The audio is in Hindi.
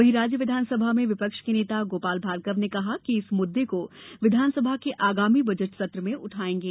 वहीं राज्य विधानसभा में विपक्ष के नेता गोपाल भार्गव ने कहा कि इस मुद्दे को विधानसभा के आगामी बजट सत्र में उठायेंगे